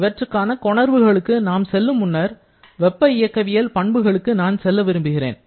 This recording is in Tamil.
இவற்றுக்கான கொணர்வுகளுக்கு நாம் செல்லும் முன்னர் வெப்ப இயக்கவியல் பண்புகளுக்கு நான் செல்ல விரும்புகிறேன்